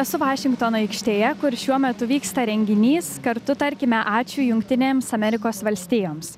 esu vašingtono aikštėje kur šiuo metu vyksta renginys kartu tarkime ačiū jungtinėms amerikos valstijoms